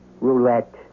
Roulette